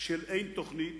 ושל אין-תוכנית.